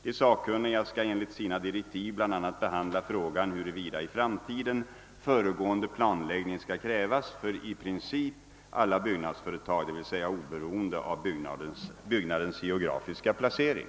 De sakkunniga skall enligt sina direktiv bl.a. behandla frågan huruvida i framtiden föregående planläggning skall krävas för i princip alla byggnadsföretag, dvs. oberoende av byggnadens geografiska placering.